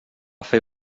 fer